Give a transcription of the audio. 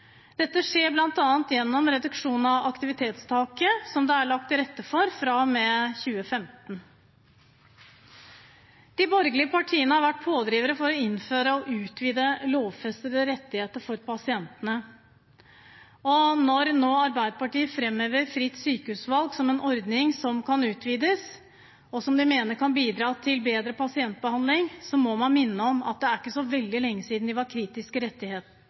Dette skjer bl.a. gjennom reduksjon av aktivitetstaket, som det er lagt til rette for fra og med 2015. De borgerlige partiene har vært pådrivere for å innføre og utvide lovfestede rettigheter for pasientene, og når nå Arbeiderpartiet framhever fritt sykehusvalg som en ordning som kan utvides, og som de mener kan bidra til bedre pasientbehandling, må man minne om at det ikke er så veldig lenge siden de var